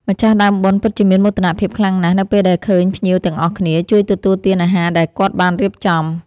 ម្ចាស់ដើមបុណ្យពិតជាមានមោទនភាពខ្លាំងណាស់នៅពេលដែលឃើញភ្ញៀវទាំងអស់គ្នា ជួយទទួលទានអាហារដែលគាត់បានរៀបចំ។